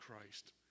Christ